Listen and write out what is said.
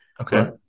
okay